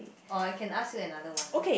or I can ask you another one lah